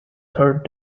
third